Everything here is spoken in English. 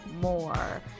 more